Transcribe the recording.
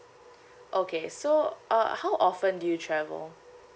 okay so uh how often do you travel